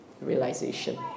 realization